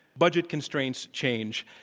budget constraints change.